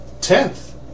Tenth